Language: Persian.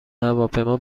هواپیما